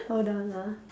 hold on ah